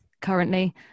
currently